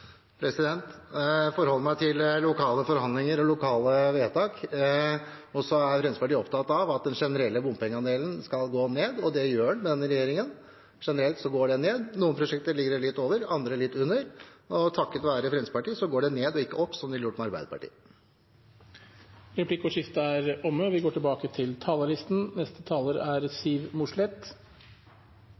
Hedmark? Jeg forholder meg til lokale forhandlinger og lokale vedtak. Fremskrittspartiet er opptatt av at den generelle bompengeandelen skal gå ned, og det gjør den med denne regjeringen – generelt går den ned. I noen prosjekter ligger den litt over, i andre litt under. Takket være Fremskrittspartiet går den ned og ikke opp, som den ville gjort med Arbeiderpartiet. Replikkordskiftet er omme.